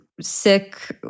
sick